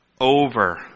over